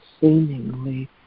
seemingly